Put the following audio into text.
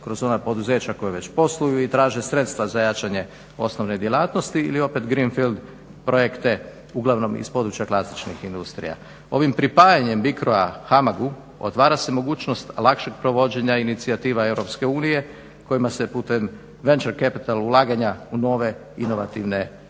kroz ona poduzeća koja već posluju i traže sredstva za jačanje osnovne djelatnosti ili opet greenfield projekte uglavnom iz područja klasičnih industrija. Ovim pripajanjem BICRO-a HAMAG-u otvara se mogućnost lakšeg provođenja inicijativa EU kojima se putem venture capital ulaganja u nove inovativne tvrtke